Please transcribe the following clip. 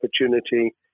opportunity